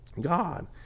God